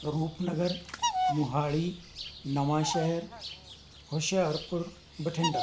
Rupnagar Mohali Nawanshahr Hoshiarpur Bathinda